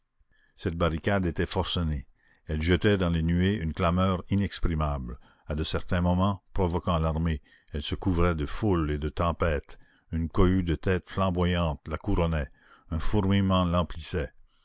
cette barricade était forcenée elle jetait dans les nuées une clameur inexprimable à de certains moments provoquant l'armée elle se couvrait de foule et de tempête une cohue de têtes flamboyantes la couronnait un fourmillement